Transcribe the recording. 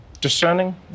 Discerning